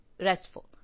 restful